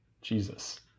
Jesus